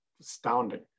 astounding